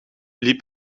liep